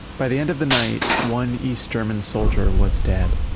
by the end of the night, one east german soldier was dead.